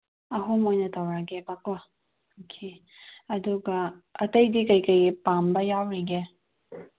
ꯑꯍꯨꯝ ꯑꯣꯏꯅ ꯇꯧꯔꯒꯦꯕꯀꯣ ꯑꯣꯀꯦ ꯑꯗꯨꯒ ꯑꯇꯩꯗꯤ ꯀꯩꯀꯩ ꯄꯥꯝꯕ ꯌꯥꯎꯔꯤꯒꯦ